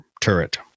turret